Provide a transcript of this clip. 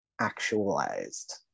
actualized